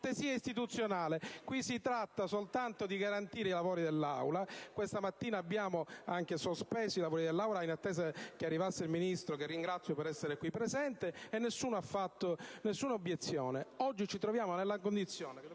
cortesia istituzionale: qui si tratta soltanto di garantire i lavori dell'Aula. Questa mattina abbiamo anche sospeso i lavori in attesa che arrivasse il Ministro, che ringrazio per essere qui presente, e nessuno ha sollevato alcuna obiezione. Oggi ci troviamo nella condizione